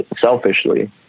selfishly